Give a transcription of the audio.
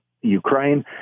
Ukraine